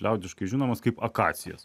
liaudiškai žinomas kaip akacijas